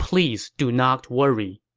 please do not worry.